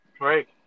Right